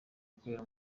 gukorera